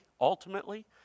ultimately